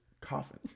coffin